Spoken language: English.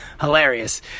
hilarious